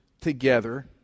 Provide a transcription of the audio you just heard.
together